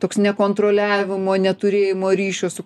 toks nekontroliavimo neturėjimo ryšio su